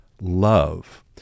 love